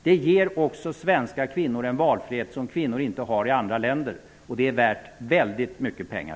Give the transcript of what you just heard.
Det ger också svenska kvinnor en valfrihet som kvinnor i andra länder inte har. Det är värt mycket pengar.